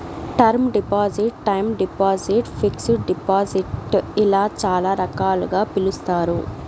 term deposit time deposit fixed deposit ఇలా చాలా రకాలుగా పిలుస్తారు